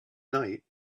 night